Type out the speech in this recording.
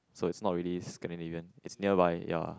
so is not really Scandinavian it's nearby ya